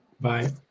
Bye